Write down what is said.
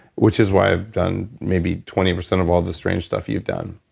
which is why i've done maybe twenty percent of all the strange stuff you've done.